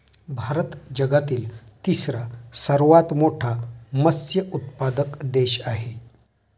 भारत जगातील तिसरा सर्वात मोठा मत्स्य उत्पादक देश आहे